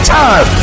time